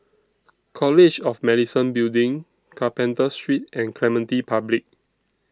College of Medicine Building Carpenter Street and Clementi Public